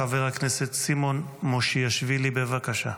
חבר הכנסת סימון מושיאשוילי, בבקשה.